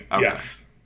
yes